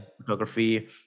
photography